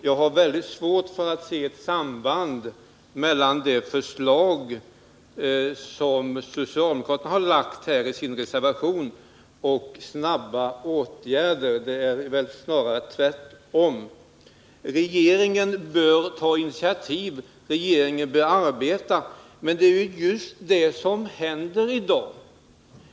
Jag har mycket svårt för att se ett samband mellan de förslag som socialdemokraterna har lagt fram i sin reservation och snabba åtgärder. Det är snarare tvärtom så att åtgärderna fördröjs om deras förslag genomförs. Regeringen bör ta initiativ, säger man. Regeringen bör arbeta. — Men det är just det som händer i dag.